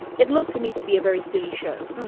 it looked to me to be a very silly show.